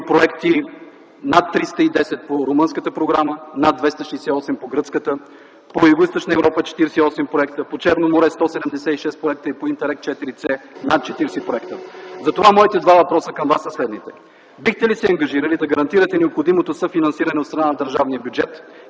проекти: над 310 - по румънската програма, над 268 – по гръцката програма, по „Югоизточна Европа” – 48 проекта, по „Черно море” – 176 проекта, и по „Интерект 4С” – над 40 проекта. Моите два въпроса към Вас са следните: бихте ли се ангажирали да гарантирате необходимото съфинансиране от страна на държавния бюджет